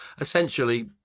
essentially